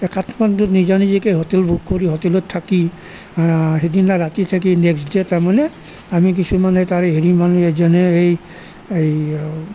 এই কাঠমাণ্ডুত নিজা নিজিকৈ হোটেল বুক কৰি হোটেলত থাকি সিদিনা ৰাতি থাকি নেক্স ডে তাৰমানে আমি কিছুমানে তাৰে হেৰি মানে যেনে এই এই